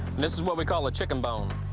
this is what we call a chicken bone.